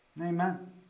Amen